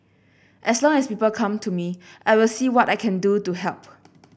as long as people come to me I will see what I can do to help